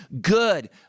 good